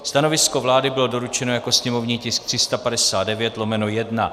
Stanovisko vlády bylo doručeno jako sněmovní tisk 359/1.